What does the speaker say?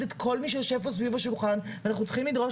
את כל מי שיושב פה סביב השולחן ואנחנו צריכים לדרוש